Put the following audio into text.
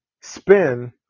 spin